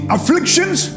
Afflictions